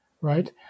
right